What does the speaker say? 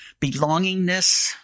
belongingness